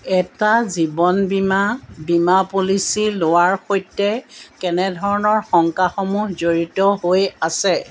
এটা জীৱন বীমা বীমা পলিচি লোৱাৰ সৈতে কেনে ধৰণৰ শংকাসমূহ জড়িত হৈ আছে